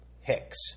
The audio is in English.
Hicks